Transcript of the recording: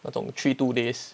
那种 three two days